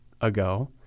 ago